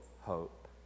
hope